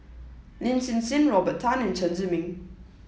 Lin Hsin Hsin Robert Tan and Chen Zhiming